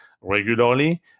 regularly